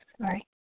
Sorry